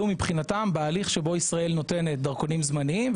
מבחינתם בהליך שבו ישראל נותנת דרכונים זמניים,